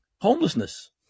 homelessness